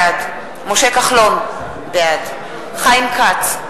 בעד משה כחלון, בעד חיים כץ,